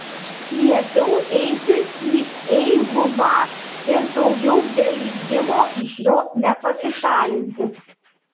liepiau eiti į eiguvą ir daugiau be leidimo iš jos nepasišalinti